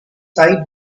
side